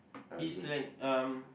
he's like um